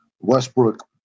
Westbrook